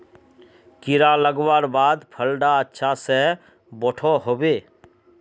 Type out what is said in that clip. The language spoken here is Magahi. कीड़ा लगवार बाद फल डा अच्छा से बोठो होबे?